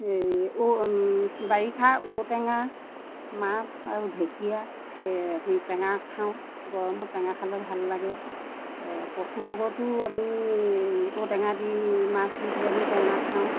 এই ঔ বাৰিষা ঔটেঙা মাছ আৰু ঢেকীয়া সেই টেঙা খাওঁ গৰমত টেঙা খালে ভাল লাগে কচু লগতো আমি ঔটেঙা দি মাছ দি পেলানি টেঙা খাওঁ